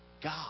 God